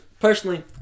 Personally